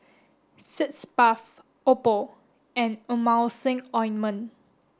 Sitz Bath Oppo and Emulsying ointment